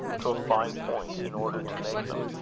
to a fine point, in order to make them.